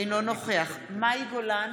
אינו נוכח מאי גולן,